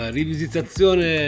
rivisitazione